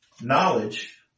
knowledge